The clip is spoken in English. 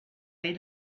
ate